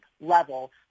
level